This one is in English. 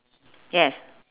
yes